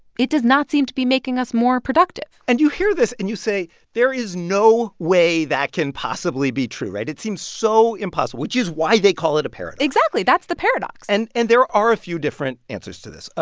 it does not seem to be making us more productive and you hear this and you say there is no way that can possibly be true, right? it seems so impossible, which is why they call it a paradox exactly. that's the paradox and and there are a few different answers to this.